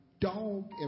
dog